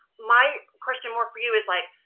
my question more for you is like,